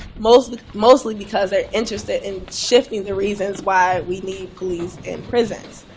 mostly mostly because they're interested in shifting the reasons why we need police and prisons.